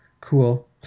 Cool